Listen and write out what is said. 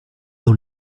dans